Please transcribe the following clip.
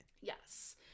Yes